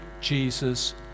jesus